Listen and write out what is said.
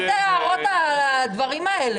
מה זה ההערות והדברים האלה?